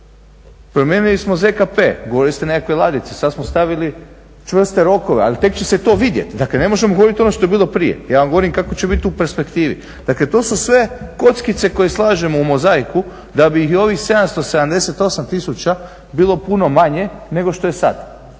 Promijenili smo ZKP, govorili ste o nekakvoj ladici, sada smo stavili čvrste rokove, ali tek će se to vidjeti. Dakle ne možemo govoriti ono što je bilo prije, ja vam govorim kako će biti u perspektivi. Dakle to su sve kockice koje slažemo u mozaiku da bi i ovih 778 tisuća bilo puno manje nego što je sada,